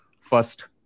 first